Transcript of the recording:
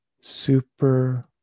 super